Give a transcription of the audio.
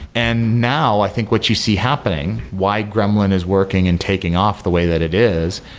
and now i think what you see happening why gremlin is working and taking off the way that it is,